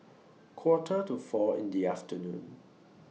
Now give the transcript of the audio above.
Quarter to four in The afternoon